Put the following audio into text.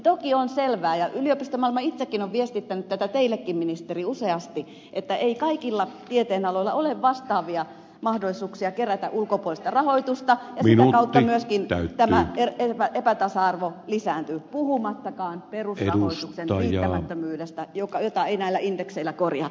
toki on selvää ja yliopistomaailma itsekin on viestittänyt tätä teillekin ministeri useasti että ei kaikilla tieteenaloilla ole vastaavia mahdollisuuksia kerätä ulkopuolista rahoitusta ja sitä kautta myöskin tämä epätasa arvo lisääntyy puhumattakaan perusrahoituksen riittämättömyydestä jota ei näillä indekseillä korjata